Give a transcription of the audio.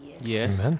Yes